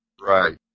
Right